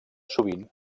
sovint